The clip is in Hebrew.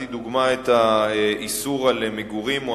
הבאתי לדוגמה את איסור המגורים או